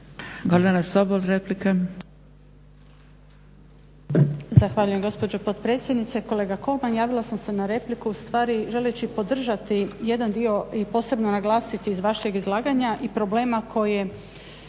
Gordana Sobol replika.